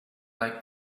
like